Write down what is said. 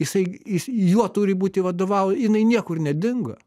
jisai jis juo turi būti vadovau jinai niekur nedingo